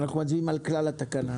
אנחנו מצביעים על כלל התקנות.